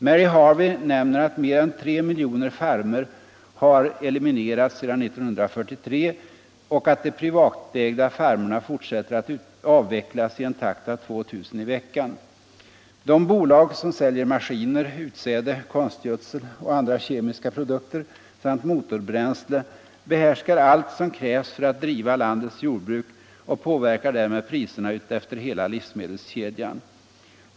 Mary Harvey nämner att mer än tre miljoner farmer har eliminerats sedan 1943 och att de privatägda farmerna fortsätter att avvecklas i en takt av 2 000 i veckan. De bolag som säljer maskiner, utsäde, konstgödsel och andra kemiska produkter samt motorbränsle behärskar allt som krävs av förnödenheter för att driva landets jordbruk och påverkar därmed priserna utefter hela livsmedelskedjan.